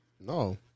No